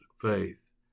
faith